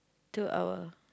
two hour